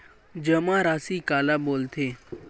जमा राशि काला बोलथे?